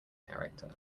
character